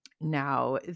now